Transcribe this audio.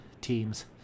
teams